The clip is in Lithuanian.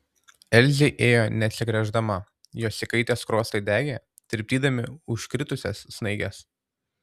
elzė ėjo neatsigręždama jos įkaitę skruostai degė tirpdydami užkritusias snaiges